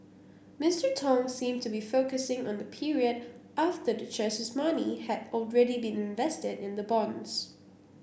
Mister Tong seemed to be focusing on the period after the church's money had already been invested in the bonds